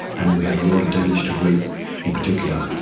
and we had a lot of damage to wheat in particular.